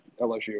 LSU